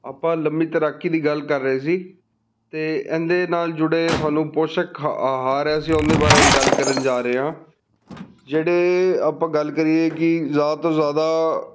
ਆਪਾਂ ਲੰਮੀ ਤੈਰਾਕੀ ਦੀ ਗੱਲ ਕਰ ਰਹੇ ਸੀ ਅਤੇ ਇਹਦੇ ਨਾਲ ਜੁੜੇ ਸਾਨੂੰ ਪੋਸ਼ਕ ਆਹਾਰ ਆ ਅਸੀਂ ਉਹਦੇ ਬਾਰੇ ਗੱਲ ਕਰਨ ਜਾ ਰਹੇ ਹਾਂ ਜਿਹੜੇ ਆਪਾਂ ਗੱਲ ਕਰੀਏ ਕਿ ਜ਼ਿਆਦਾ ਤੋਂ ਜ਼ਿਆਦਾ